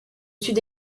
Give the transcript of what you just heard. sud